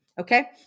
Okay